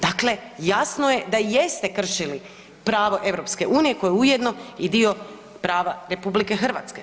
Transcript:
Dakle, jasno je da jeste kršili pravo EU koje je ujedno i dio prava RH.